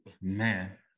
Man